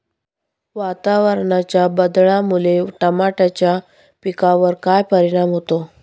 वातावरणाच्या बदलामुळे टमाट्याच्या पिकावर काय परिणाम होतो?